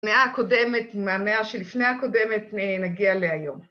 מאה הקודמת, ‫מהמאה שלפני הקודמת נגיע להיום.